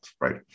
right